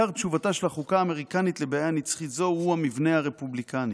עיקר תשובתה של החוקה האמריקנית לבעיה נצחית זו הוא המבנה הרפובליקני